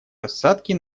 рассадки